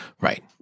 right